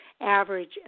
average